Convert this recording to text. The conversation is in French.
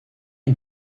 une